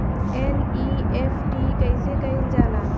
NEFT कइसे कइल जाला?